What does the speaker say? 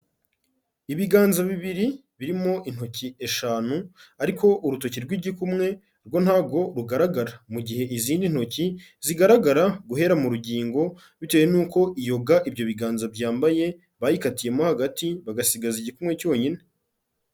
Ibiganza bibiri, birimo intoki eshanu, ariko urutoki rw'igikumwe rwo ntabwo rugaragara, mu gihe izindi ntoki zigaragara guhera mu rugingo, bitewe n'uko iyo ga ibyo biganza byambaye, bayikatiyemo hagati bagasigaza igikumwe cyonyine.